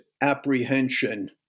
apprehension